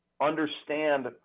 understand